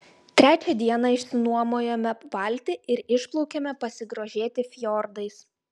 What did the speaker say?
trečią dieną išsinuomojome valtį ir išplaukėme pasigrožėti fjordais